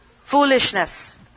Foolishness